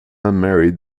unmarried